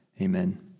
Amen